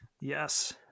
yes